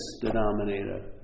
denominator